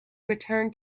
return